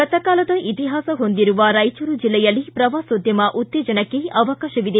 ಗತಕಾಲದ ಇತಿಹಾಸ ಹೊಂದಿರುವ ರಾಯಚೂರು ಜಿಲ್ಲೆಯಲ್ಲಿ ಶ್ರವಾಸೋದ್ದಮ ಉತ್ತೇಜನಕ್ಕೆ ಅವಕಾಶವಿದೆ